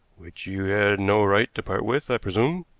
which you had no right to part with, i presume,